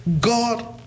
God